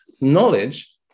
Knowledge